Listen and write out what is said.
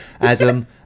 Adam